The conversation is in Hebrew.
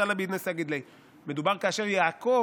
תעלא בעידניה סגיד ליה" מדובר כאשר יעקב